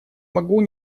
могу